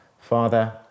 father